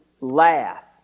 laugh